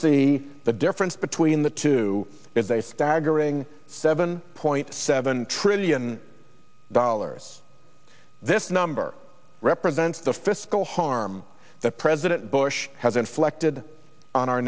see the difference between the two with a staggering seven point seven trillion dollars this number represents the fiscal harm that president bush has inflicted on our